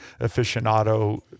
aficionado